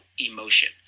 emotion